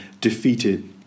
defeated